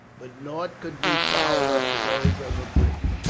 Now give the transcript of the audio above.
but nought could be fouler to those of a briton.